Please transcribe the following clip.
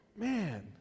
Man